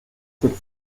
celle